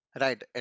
Right